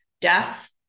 death